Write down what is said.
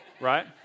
Right